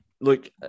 Look